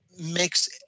makes